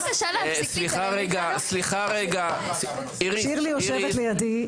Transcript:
שיושבת לידי,